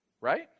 right